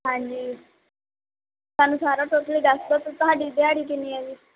ਹਾਂਜੀ ਸਾਨੂੰ ਸਾਰਾ ਕੁਛ ਦੱਸ ਦਿਓ ਤੁਹਾਡੀ ਦਿਹਾੜੀ ਕਿੰਨੀ ਹੈ ਜੀ